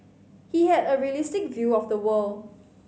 he had a realistic view of the world